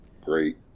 great